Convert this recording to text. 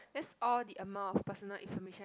this all the amount of personal information